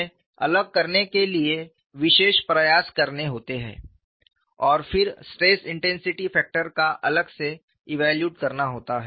फिर उन्हें अलग करने के लिए विशेष प्रयास करने होते हैं और फिर स्ट्रेस इंटेंसिटी फैक्टर का अलग से इव्यालूएट करना होता है